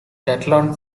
catalan